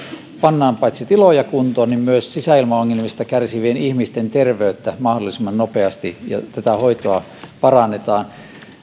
pannaan paitsi tiloja kuntoon myös sisäilmaongelmista kärsivien ihmisten terveyttä mahdollisimman nopeasti ja tätä hoitoa parannetaan